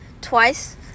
twice